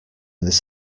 this